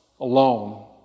alone